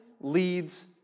leads